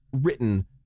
written